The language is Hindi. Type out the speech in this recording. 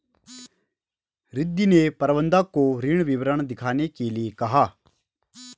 रिद्धी ने प्रबंधक को ऋण विवरण दिखाने के लिए कहा